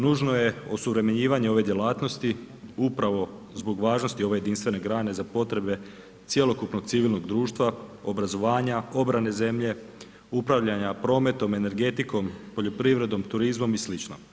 Nužno je osuvremenjivanje ove djelatnosti upravo zbog važnosti ove jedinstvene grane za potrebe cjelokupnog civilnog društva, obrazovanja, obrane zemlje, upravljanja prometom, energetikom, poljoprivredom, turizmom i sl.